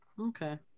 okay